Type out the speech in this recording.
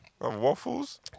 Waffles